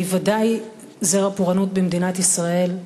והיא ודאי זרע פורענות במדינת ישראל,